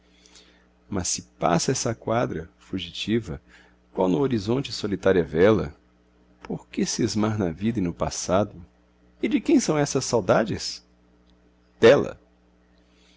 mas se passa essa quadra fugitiva qual no horizonte solitária vela por que cismar na vida e no passado e de quem são essas saudades dela